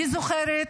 אני זוכרת